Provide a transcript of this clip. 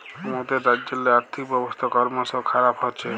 আমাদের রাজ্যেল্লে আথ্থিক ব্যবস্থা করমশ খারাপ হছে